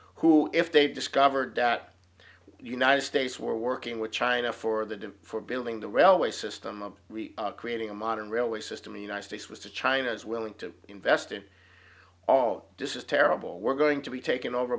who if they discovered that united states were working with china for the for building the railway system of creating a modern railway system the united states was to china is willing to invest in all this is terrible we're going to be taken over